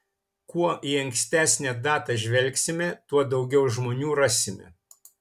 kuo į ankstesnę datą žvelgsime tuo daugiau žmonių rasime